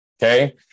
Okay